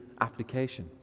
application